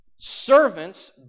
servants